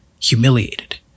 humiliated